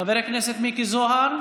חבר הכנסת מיקי זוהר.